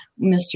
Mr